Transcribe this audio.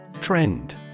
Trend